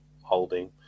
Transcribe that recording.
Holding